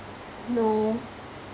no